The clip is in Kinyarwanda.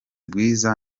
bwiza